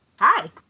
Hi